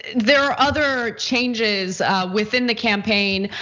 there are other changes within the campaign.